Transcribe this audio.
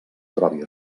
trobi